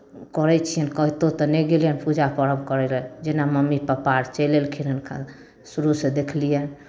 करै छियनि कतहु तऽ नहि गेलियनि पूजा पर्व करय लेल जेना मम्मी पप्पा चलि अयलखिन हुनका शुरूसँ देखलियनि